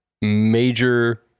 major